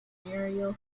aerial